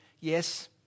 Yes